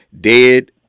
dead